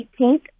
18th